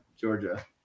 Georgia